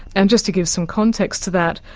and just to give some context to that,